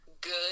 good